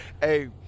Hey